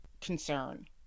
concern